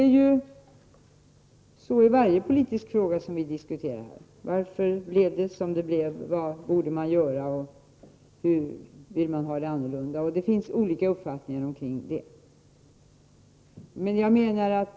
Så är det i varje politisk fråga som vi diskuterar: Varför blev det som det blev? Vad borde man göra? Vill man ha det annorlunda? Det finns olika uppfattningar.